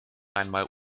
einmal